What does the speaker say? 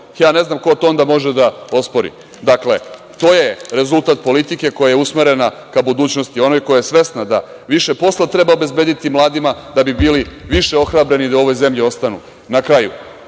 ja ne znam ko to onda može ospori. Dakle, to je rezultat politike koja je usmerena ka budućnosti onoj koja je svesna da više posla treba obezbediti mladima da bi bili više ohrabreni i da u ovoj zemlji ostanu. Na kraju,